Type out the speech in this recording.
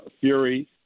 Fury